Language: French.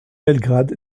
belgrade